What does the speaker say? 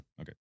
okay